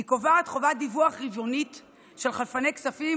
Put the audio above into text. והיא קובעת חובת דיווח רבעונית של חלפני כספים